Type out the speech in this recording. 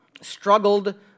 struggled